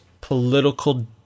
political